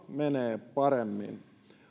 menee paremmin